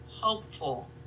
hopeful